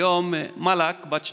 היום מאלכ, בת שנתיים,